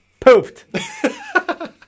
Poofed